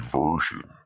version